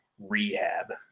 rehab